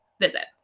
visit